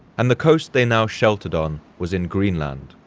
and the coast they now sheltered on was in greenland,